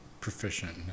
proficient